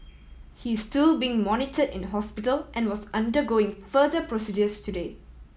he is still being monitor in hospital and was undergoing further procedures today